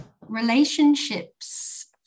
relationships